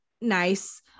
nice